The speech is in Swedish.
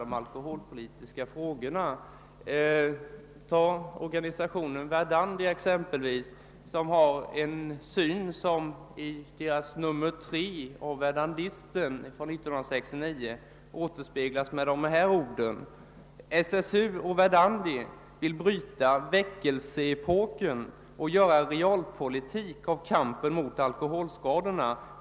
Vi kan som exempel ta organisationen Verdandi vars synsätt återspeglats i nr 3 i år av tidningen Verdandisten. Jag citerar: »SSU och Verdandi vill bryta ”väckelseepoken” och göra realpolitik av kampen mot alkoholskadorna.